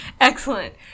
excellent